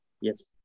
Yes